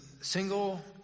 single